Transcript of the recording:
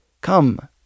Come